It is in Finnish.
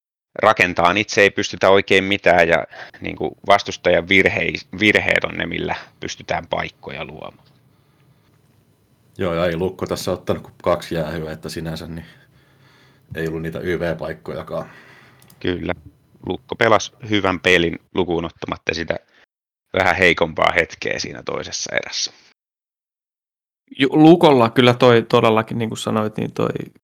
Rakentaa, niin itse ei pystytä oikein mitään, ja niinku vastustajan virhe- virheet on ne, millä pystytään paikkoja luomaan. Joo, ja ei Lukko tässä ottanut kun kaksi jäähyä, että sinänsä, niin ei ollut niitä YV paikkojakaan. Kyllä. Lukko pelasi hyvän pelin lukuun ottamatta sitä vähän heikompaa hetkeä siinä toisessa erässä. Ju- Lukolla kyllä toi todellakin, niin kuin sanoit, niin toi-